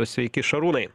sveiki šarūnai